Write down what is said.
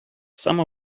some